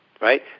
Right